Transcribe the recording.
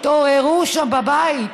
תתעוררו שם בבית,